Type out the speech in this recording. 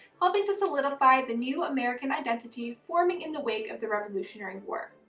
helping to solidify the new american identity forming in the wake of the revolutionary war.